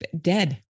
Dead